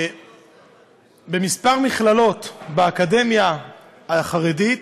בכמה מכללות באקדמיה החרדית